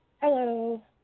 Hello